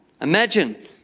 Imagine